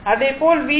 அதேபோல் V1V2